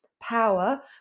Power